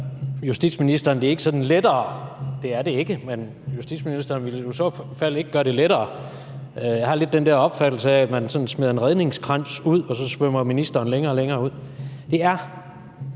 justitsministeren det ikke sådan lettere – det er det ikke! – men justitsministeren ville i så fald ikke gøre det lettere. Jeg har lidt den der opfattelse af, at man sådan smider en redningskrans ud, og så svømmer ministeren længere og længere ud. Det,